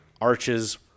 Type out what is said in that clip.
arches